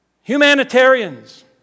humanitarians